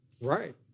Right